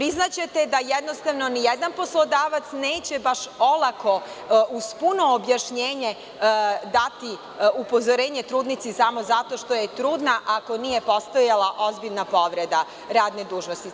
Priznaćete da ni jedan poslodavac neće baš olako uz puno objašnjenje dati upozorenje trudnici samo zato što je trudna ako nije postojala ozbiljna povreda radne dužnosti.